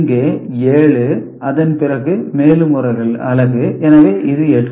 இங்கே 7 அதன் பிறகு மேலும் ஒரு அலகு எனவே இது 8